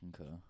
Okay